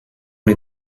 nei